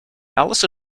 alice